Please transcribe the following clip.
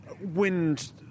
wind